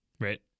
Right